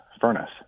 furnace